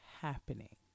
happening